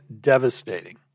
devastating